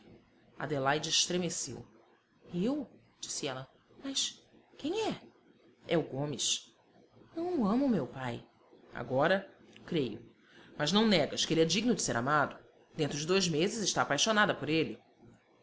adelaide estremeceu eu disse ela mas quem é é o gomes não o amo meu pai agora creio mas não negas que ele é digno de ser amado dentro de dois meses está apaixonada por ele